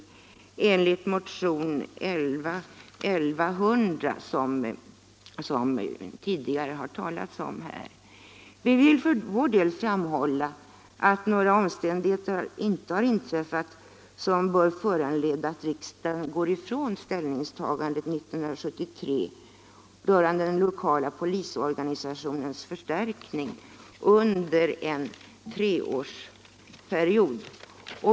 I motion 1100, som man tidigare har talat om här, yrkas medel för 100 polismanstjänster utöver regeringens förslag. Vi vill för vår del framhålla att några omständigheter inte inträffat som bör föranleda att riksdagen går ifrån ställningstagandet 1973 rörande den lokala polisorganisationens förstärkning under en treårsperiod.